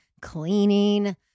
cleaning